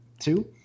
two